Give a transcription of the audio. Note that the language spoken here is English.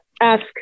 ask